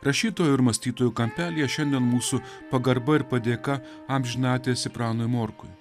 rašytojų ir mąstytojų kampelyje šiandien mūsų pagarba ir padėka amžinatilsį pranui morkui